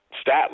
stat